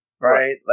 Right